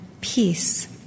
peace